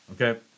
Okay